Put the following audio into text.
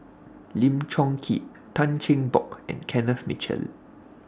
Lim Chong Keat Tan Cheng Bock and Kenneth Mitchell